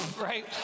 right